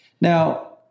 Now